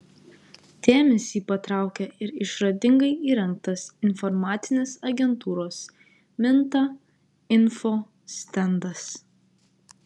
dėmesį patraukia ir išradingai įrengtas informacinės agentūros minta info stendas